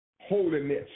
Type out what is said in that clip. holiness